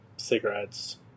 cigarettes